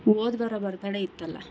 ಹೋದ್ವಾರ birthday ಇತ್ತಲ್ಲ